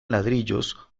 ladrillos